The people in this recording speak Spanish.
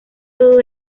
todo